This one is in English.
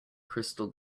crystal